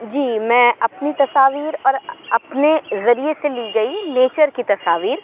جی میں اپنی تصاویر اور اپنے ذریعے سے لی گئی نیچر کی تصاویر